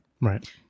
right